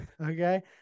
okay